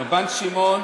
רבן שמעון